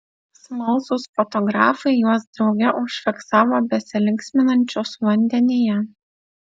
smalsūs fotografai juos drauge užfiksavo besilinksminančius vandenyje